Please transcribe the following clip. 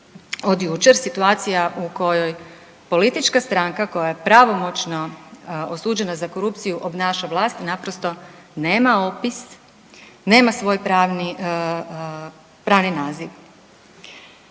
od jučer situacija u kojoj politička stranka koja je pravomoćno osuđena za korupciju obnaša vlast i naprosto nema opis, nema svoj pravni,